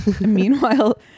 meanwhile